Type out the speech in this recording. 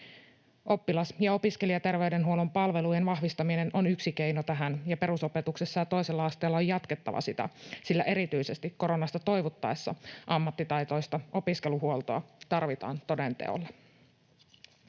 Oppilas- ja opiskelijaterveydenhuollon palvelujen vahvistaminen on yksi keino tähän, ja perusopetuksessa ja toisella asteella sitä on jatkettava, sillä erityisesti koronasta toivuttaessa ammattitaitoista opiskeluhuoltoa tarvitaan toden teolla.